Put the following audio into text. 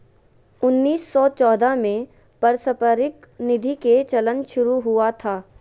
उन्नीस सौ चौदह में पारस्परिक निधि के चलन शुरू हुआ था